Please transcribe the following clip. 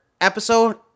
episode